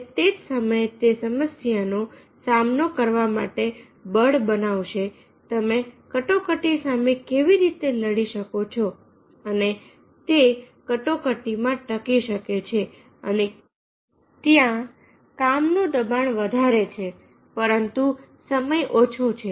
અને તે જ સમયે તે સમસ્યાનો સામનો કરવા માટે બળ બનાવશે તમે કટોકટી સામે કેવી રીતે લડી શકો છો અને તે કટોકટીમાં ટકી શકે છે અને ત્યાં કામનું દબાણ વધારે છે પરંતુ સમય ઓછો છે